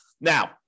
Now